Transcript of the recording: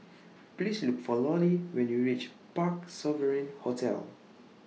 Please Look For Lollie when YOU REACH Parc Sovereign Hotel